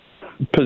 position